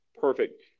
Perfect